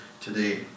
today